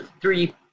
three